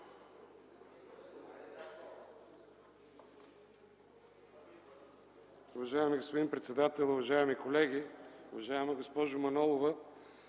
Уважаеми господин председател, уважаеми колеги! Уважаема госпожо Манолова,